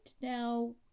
now